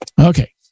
Okay